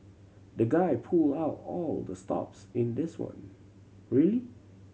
the guy pulled out all the stops in this one really